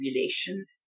relations